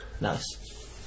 Nice